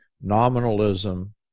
nominalism